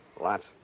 Lots